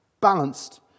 balanced